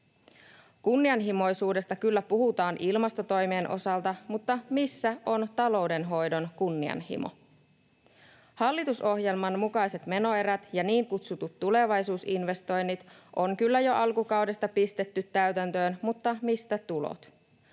Kunnianhimoisuudesta kyllä puhutaan ilmastotoimien osalta, mutta missä on taloudenhoidon kunnianhimo? Hallitusohjelman mukaiset menoerät ja niin kutsutut tulevaisuusinvestoinnit on kyllä jo alkukaudesta pistetty täytäntöön, mutta mistä tulot?